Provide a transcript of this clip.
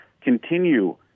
continue